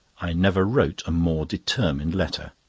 i never wrote a more determined letter.